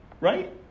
right